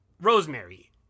Rosemary